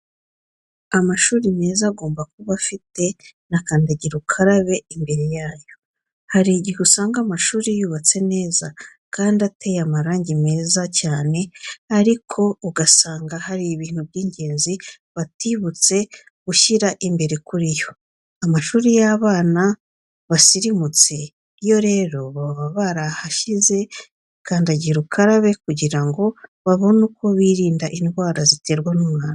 Amashuri meza agomba kuba afite na kandagira ukarabe imbere yayo. Hari igihe usanga amashuri yubatse neza kandi ateye n'amarangi meza cyane ariko ugasanga hari ibintu by'ingenzi batibutse gushyira imbere kuri yo. Amashuri y'abana basirimutse yo rero baba barahashyize kandagira ukarabe kugira ngo babone uko birinda indwara ziterwa n'umwanda.